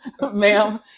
ma'am